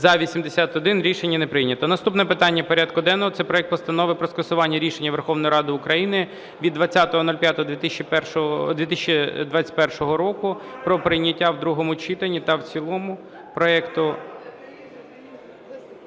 За-81 Рішення не прийнято. Наступне питання порядку денного – це проект Постанови про скасування рішення Верховної Ради України від 20.05.2021 про прийняття у другому читанні та в цілому проекту...